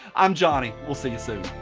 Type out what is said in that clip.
i'm johnny, we'll see you soon.